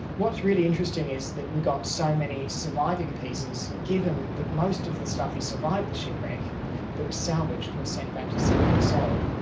what's really interesting is that we got so many surviving pieces, given that most of the stuff that survived the shipwreck, that was salvaged, was sent back to sydney and sold.